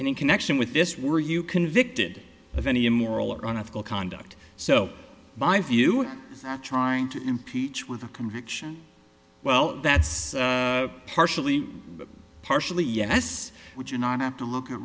in connection with this were you convicted of any immoral or unethical conduct so by few trying to impeach with a conviction well that's partially partially yes would you not have to look at